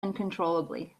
uncontrollably